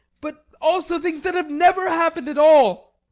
but also things that have never happened at all.